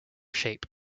shape